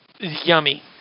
Yummy